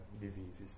diseases